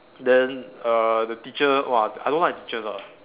then err the teacher !wah! I don't like the teachers ah